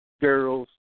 girls